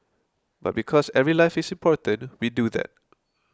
but because every life is important we do that